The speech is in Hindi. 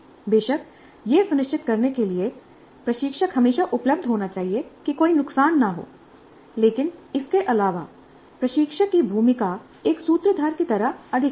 बेशक यह सुनिश्चित करने के लिए प्रशिक्षक हमेशा उपलब्ध होना चाहिए कि कोई नुकसान न हो लेकिन इसके अलावा प्रशिक्षक की भूमिका एक सूत्रधार की तरह अधिक होती है